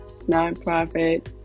nonprofit